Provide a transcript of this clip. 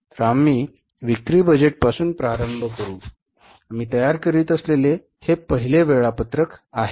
तर आम्ही विक्री बजेटपासून प्रारंभ करू आम्ही तयार करीत असलेले हे पहिले वेळापत्रक आहे